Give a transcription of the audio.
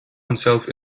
himself